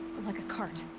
like a cart!